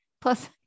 Plus